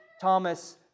Thomas